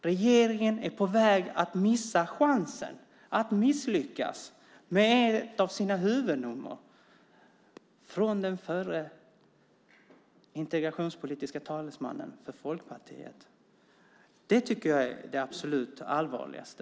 Regeringen är på väg att missa chansen, att misslyckas, med ett av sina huvudnummer. Det är ord från den förre integrationspolitiske talesmannen för Folkpartiet. Det tycker jag är det absolut allvarligaste.